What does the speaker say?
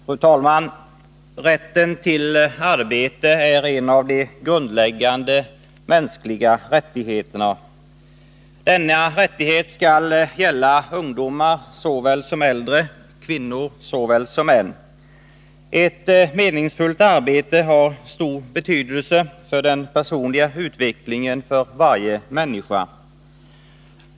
Fru talman! Rätten till arbete är en av de grundläggande mänskliga rättigheterna. Denna rättighet skall gälla ungdomar såväl som äldre, kvinnor såväl som män. Ett meningsfullt arbete har stor betydelse för den personliga utvecklingen för varje människa.